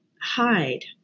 hide